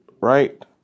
right